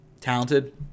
talented